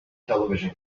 television